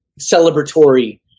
celebratory